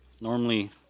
normally